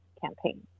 campaign